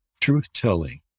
truth-telling